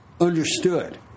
understood